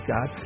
God